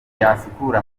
yasukura